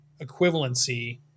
equivalency